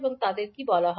এবং তাদের কী বলা হয়